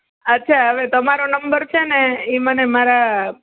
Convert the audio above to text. અચ્છા હવે તમારો નંબર છે ને એ મને મારા